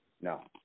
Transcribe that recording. no